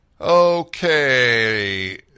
Okay